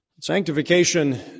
Sanctification